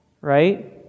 Right